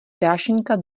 dášeňka